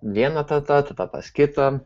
viena teta tada pas kitą